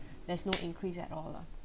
there's no increase at all lah